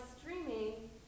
streaming